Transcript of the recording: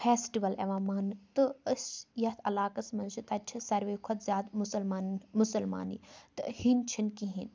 festival یِوان مانٛنہٕ تہٕ أسۍ یَتھ عَلاقَس منٛز چھِ تَتہِ چھِ ساروے کھۄتہٕ زیادٕ مُسلمانَن مُسلمانٕے تہٕ ہیٚنٛدۍ چھِنہٕ کِہیٖنۍ